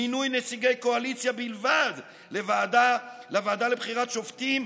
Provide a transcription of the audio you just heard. מינוי נציגי קואליציה בלבד לוועדה לבחירת שופטים,